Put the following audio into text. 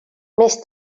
més